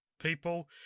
people